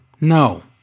No